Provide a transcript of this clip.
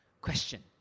Question